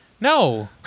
No